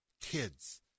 kids